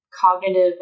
cognitive